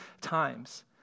times